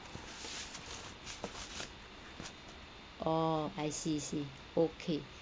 oh I see see okay